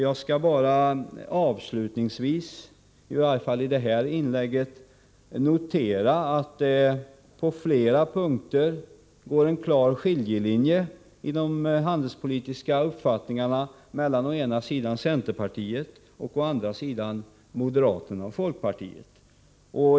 Jag skall bara avslutningsvis, i varje fall i detta inlägg, notera att det på flera punkter går en klar skiljelinje i de handelspolitiska uppfattningarna mellan å ena sidan centerpartiet och å andra sidan moderaterna och folkpartiet.